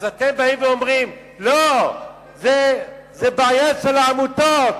אז אתם באים ואומרים: לא, זו בעיה של העמותות.